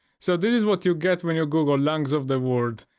so this is what you get, when you google lungs of the world.